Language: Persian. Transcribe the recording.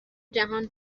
جهان